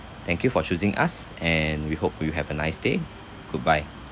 thank you for choosing us and we hope you have a nice day goodbye